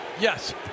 Yes